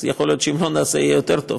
יכול להיות שאם לא נעשה יהיה יותר טוב,